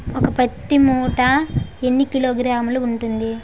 ఒక పత్తి మూట ఎన్ని కిలోగ్రాములు ఉంటుంది?